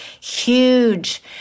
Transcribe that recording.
huge